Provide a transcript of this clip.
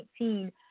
2019